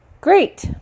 Great